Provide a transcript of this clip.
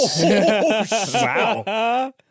wow